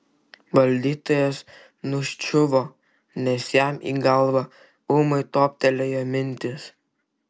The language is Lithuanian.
valdytojas nuščiuvo nes jam į galvą ūmai toptelėjo mintis